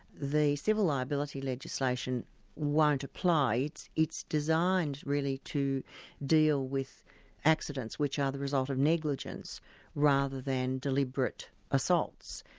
the civil liability legislation won't apply. it's it's designed, really, to deal with accidents which are the result of negligence rather than deliberate assaults.